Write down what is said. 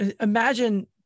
imagine